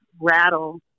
rattle